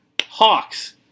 Hawks